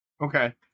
Okay